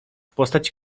postaci